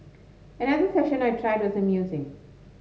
another session I tried was amusing